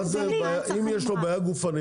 אם יש לו בעיה גופנית,